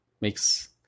makes